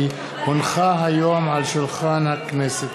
כי הונחה היום על שולחן הכנסת,